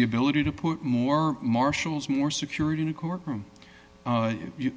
the ability to put more marshals more security in a courtroom and